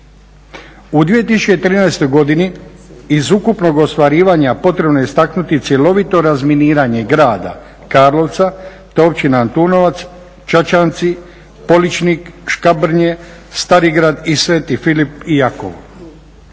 U 2013. godini iz ukupnog ostvarivanja potrebno je istaknuti cjelovito razminiranje grada Karlovca te Općina Antunovac, Čačinci, Poličnik, Škabrnja, Starigrad i Sv. Filip i Jakov.